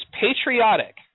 patriotic